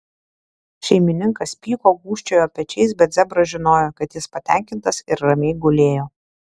šeimininkas pyko gūžčiojo pečiais bet zebras žinojo kad jis patenkintas ir ramiai gulėjo